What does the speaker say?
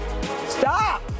Stop